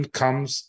comes